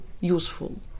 useful